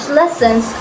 lessons